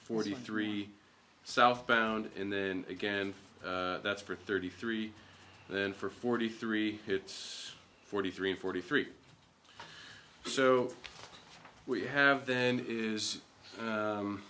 forty three southbound and then again that's for thirty three then for forty three hits forty three forty three so we have then is